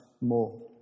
more